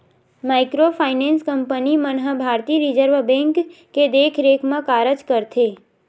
micro finance company मन ह भारतीय रिजर्व बेंक के देखरेख म कारज करथे